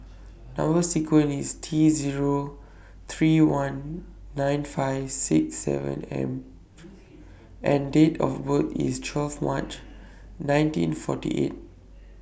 Number sequence IS T three Zero one nine five six seven M and Date of birth IS twelve March nineteen forty eight